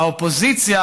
האופוזיציה,